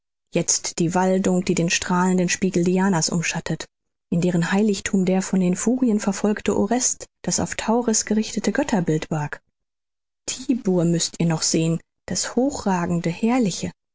jetzt die waldung die den strahlenden spiegel diana's umschattet in deren heiligthnm der von den furien verfolgte orest das auf tauris geraubte götterbild barg tibur müßt ihr noch sehen das hochragende herrliche